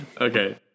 Okay